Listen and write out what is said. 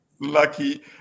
Lucky